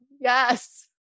yes